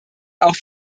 auch